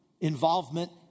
involvement